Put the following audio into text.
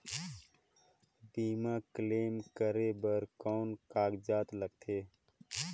बीमा क्लेम करे बर कौन कागजात लगथे?